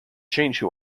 change